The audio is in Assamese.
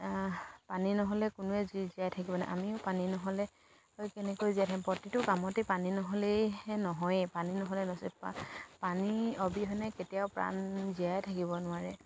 পানী নহ'লে কোনোৱে জ জীয়াই থাকিব নোৱাৰে আমিও পানী নহ'লে কেনেকৈ জীয়াই থাকিম প্ৰতিটো কামতে পানী নহ'লেহে নহয়েই পানী নহ'লে পানী অবিহনে কেতিয়াও প্ৰাণ জীয়াই থাকিব নোৱাৰে